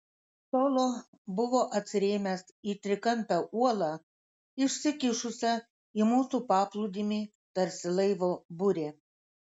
solo buvo atsirėmęs į trikampę uolą išsikišusią į mūsų paplūdimį tarsi laivo burė